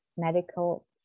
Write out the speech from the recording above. medical